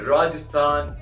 Rajasthan